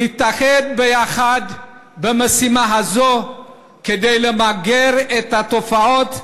נתאחד יחד במשימה הזאת כדי למגר את התופעות,